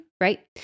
right